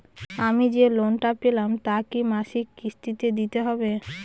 আমি যে লোন টা পেলাম তা কি মাসিক কিস্তি তে দিতে হবে?